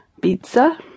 pizza